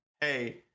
hey